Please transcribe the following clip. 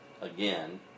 again